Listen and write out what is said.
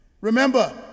Remember